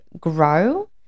grow